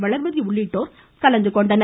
வளர்மதி உள்ளிட்டோர் கலந்து கொண்டனர்